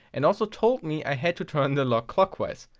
and also told me i had to turn the lock clockwise.